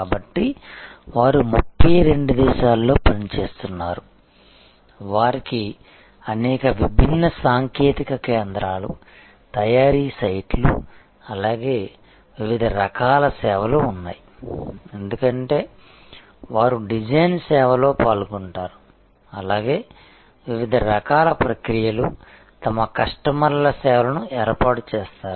కాబట్టి వారు 32 దేశాలలో పనిచేస్తున్నారు వారికి అనేక విభిన్న సాంకేతిక కేంద్రాలు తయారీ సైట్లు అలాగే వివిధ రకాల సేవలు ఉన్నాయి ఎందుకంటే వారు డిజైన్ సేవలో పాల్గొంటారు అలాగే వివిధ రకాల ప్రక్రియలు తమ కస్టమర్ల సేవలను ఏర్పాటు చేస్తారు